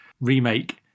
remake